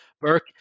Burke